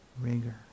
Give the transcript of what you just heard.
rigor